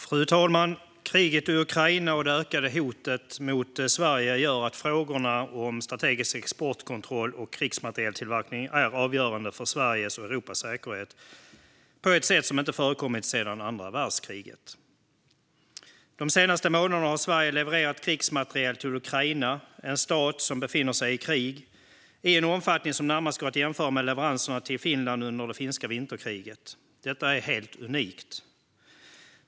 Fru talman! Kriget i Ukraina och det ökade hotet mot Sverige gör att frågorna om strategisk exportkontroll och krigsmaterieltillverkning är avgörande för Sveriges och Europas säkerhet på ett sätt som inte förekommit sedan andra världskriget. De senaste månaderna har Sverige levererat krigsmateriel till Ukraina - en stat som befinner sig i krig - i en omfattning som närmast går att jämföra med leveranserna till Finland under det finska vinterkriget. Detta är helt unikt.